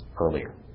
earlier